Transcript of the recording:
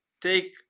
take